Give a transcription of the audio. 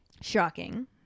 Shocking